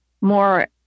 more